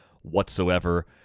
whatsoever